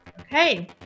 Okay